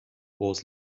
was